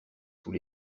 sous